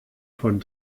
von